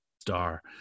star